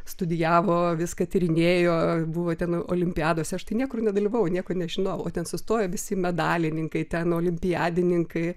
studijavo viską tyrinėjo buvo ten olimpiadose aš tai niekur nedalyvavau nieko nežinojau o ten sustojo visi medalininkai ten olimpiadininkai